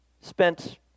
spent